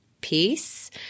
peace